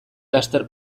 laster